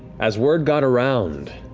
as word got around,